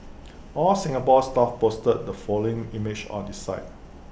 All Singapore Stuff posted the following image on IT site